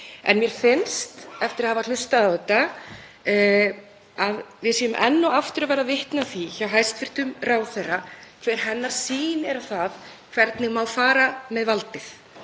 En mér finnst, eftir að hafa hlustað á þetta, að við séum enn og aftur að verða vitni að því hjá hæstv. ráðherra hver hennar sýn er á það hvernig má fara með valdið.